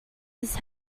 his